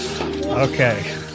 Okay